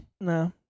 No